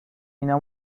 اینا